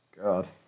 God